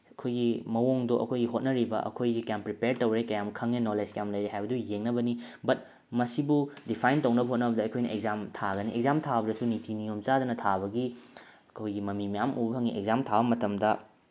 ꯑꯩꯈꯣꯏꯒꯤ ꯃꯑꯣꯡꯗꯣ ꯑꯩꯈꯣꯏꯒꯤ ꯍꯣꯠꯅꯔꯤꯕ ꯑꯩꯈꯣꯏꯒꯤ ꯀꯌꯥꯝ ꯄ꯭ꯔꯤꯄꯤꯌꯔ ꯇꯧꯔꯦ ꯀꯌꯥꯝ ꯈꯪꯉꯦ ꯅꯣꯂꯦꯖ ꯀꯌꯥꯝ ꯂꯩꯔꯦ ꯍꯥꯏꯕꯗꯨ ꯌꯦꯡꯅꯕꯅꯤ ꯕꯠ ꯃꯁꯤꯕꯨ ꯗꯤꯐꯥꯏꯟ ꯇꯧꯅꯕ ꯍꯣꯠꯅꯕꯗ ꯑꯩꯈꯣꯏꯅ ꯑꯦꯛꯖꯥꯝ ꯊꯥꯒꯅꯤ ꯑꯦꯛꯖꯥꯝ ꯊꯥꯕꯗꯁꯨ ꯅꯤꯇꯤ ꯅꯤꯌꯣꯝ ꯆꯥꯗꯅ ꯊꯥꯕꯒꯤ ꯑꯩꯈꯣꯏꯒꯤ ꯃꯃꯤ ꯃꯌꯥꯝ ꯎꯕ ꯐꯪꯉꯤ ꯑꯦꯛꯖꯥꯝ ꯊꯥꯕ ꯃꯇꯝꯗ